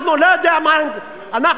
חבר הכנסת,